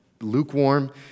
lukewarm